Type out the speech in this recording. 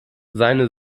seine